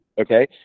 Okay